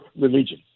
religion